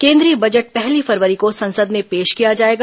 केन्द्रीय बजट पहली फरवरी को संसद में पेश किया जायेगा